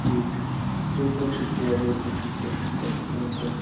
ٹھیٖکھ چھُ بِلکُل شُکریہ بِلکُل شُکریہِ شُکریہِ تُہٕنٛدِ خأطرٕ